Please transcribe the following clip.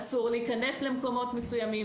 אסור להיכנס למקומות מסוימים,